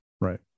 right